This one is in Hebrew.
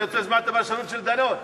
אני רוצה לשמוע את הפרשנות של דנון.